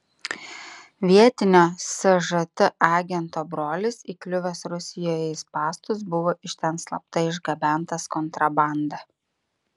vietinio sžt agento brolis įkliuvęs rusijoje į spąstus buvo iš ten slapta išgabentas kontrabanda